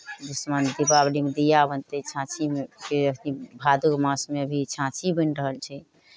दिपावलीमे दीया बनतै छाँछीमे फेर अथी भादो मासमे अभी छाँछी बनि रहल छै